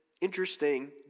interesting